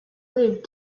live